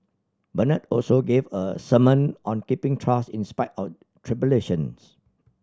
Bernard also gave a sermon on keeping trust in spite of tribulations